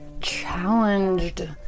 challenged